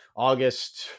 August